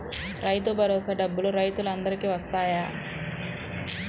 రైతు భరోసా డబ్బులు రైతులు అందరికి వస్తాయా?